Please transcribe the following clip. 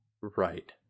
Right